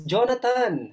Jonathan